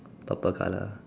purple colour